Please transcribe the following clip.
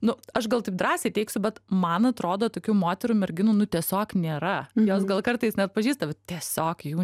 nu aš gal taip drąsiai teigsiu bet man atrodo tokių moterų merginų nu tiesiog nėra jos gal kartais neatpažįsta tiesiog jų